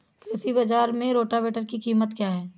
कृषि बाजार में रोटावेटर की कीमत क्या है?